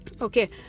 Okay